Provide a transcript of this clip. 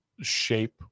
shape